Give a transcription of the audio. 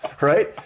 right